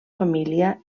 família